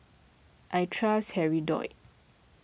I trust Hirudoid